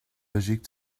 logique